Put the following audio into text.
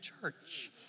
church